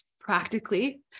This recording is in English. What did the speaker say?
practically